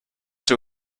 too